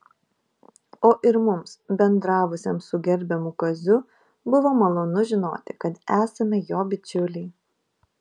o ir mums bendravusiems su gerbiamu kaziu buvo malonu žinoti kad esame jo bičiuliai